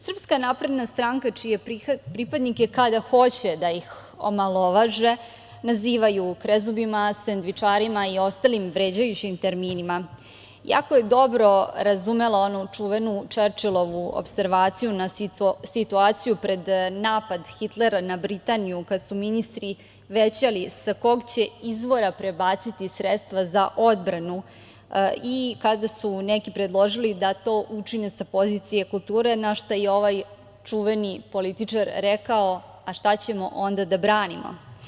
Srpska napredna stranka, čije pripadnike, kada hoće da ih omalovaže, nazivaju krezubima, sendvičarima i ostalim vređajućim terminima, jako je dobro razumela onu čuvenu Čerčilovu opservaciju na situaciju pred napad Hitlera na Britaniju, kada su ministri većali sa kog će izvora prebaciti sredstva za odbranu i kada su neki predložili da to učine sa pozicije kulture, na šta je ovaj čuveni političar rekao – a šta ćemo onda da branimo.